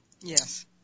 Yes